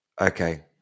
Okay